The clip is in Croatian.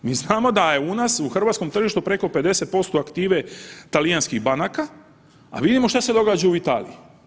Mi znamo da je u nas, u hrvatskom tržištu preko 50% aktive talijanskih banaka, a vidimo šta se događa u Italiji.